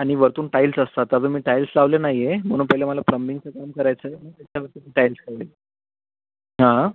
आणि वरतून टाईल्स असतात अजून मी टाईल्स लावले नाही आहे म्हणून पहिले मला प्लंबिंगचं काम करायचं आहे आणि त्याच्यावरती टाईल्स करेन हां